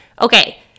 Okay